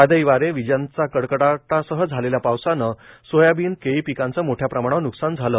वादळी वारे विजांच्या कडकडाटासह झालेल्या पावसाने सोयाबीन केळी पिकांचे मोठ्या प्रमाणावर न्कसान झाले